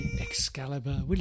Excalibur